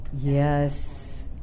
Yes